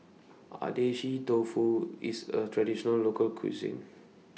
Dofu IS A Traditional Local Cuisine